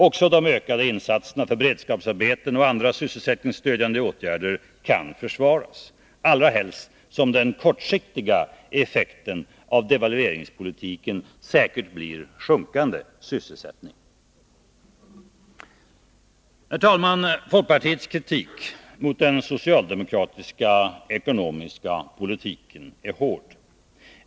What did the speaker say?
Också de ökade insatserna för beredskapsarbeten och andra sysselsättningsstödjande åtgärder kan försvaras. Allra helst som den kortsiktiga effekten av devalveringspolitiken säkert blir sjunkande sysselsättning. Herr talman! Folkpartiets kritik mot den socialdemokratiska ekonomiska politiken är hård.